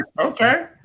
Okay